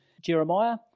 Jeremiah